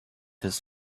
his